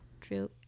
true